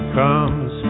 comes